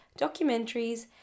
documentaries